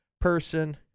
person